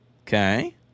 Okay